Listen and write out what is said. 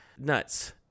nuts